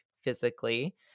physically